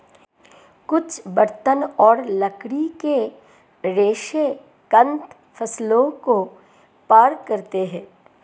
कुछ बर्तन और लकड़ी के रेशे कंद फसलों को पार करते है